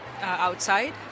outside